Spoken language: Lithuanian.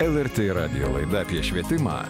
lrt radijo laida apie švietimą